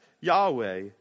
Yahweh